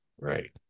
Right